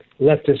leftist